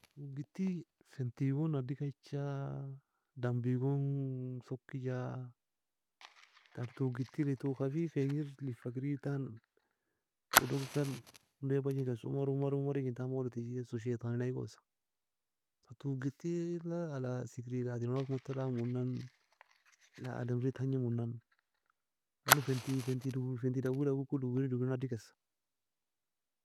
Touge getty fenty gon nadikacha dumby gon sokiga ter touge getty eli touge خفيف engur لف a greid entan odo kir kan onday bagni kesso maro maro maro eigentan molo tana teagikes, شيطان eagosa. Fa touge getty la sigri la tino lak matto lak monan لا adem re tangimo nan لانه fenty fenty fenty dawie dawei ko doweriy nadiy kesa.